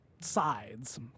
sides